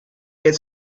get